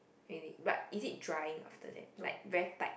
maybe but is it drying after that like very tight